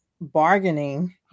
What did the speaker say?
bargaining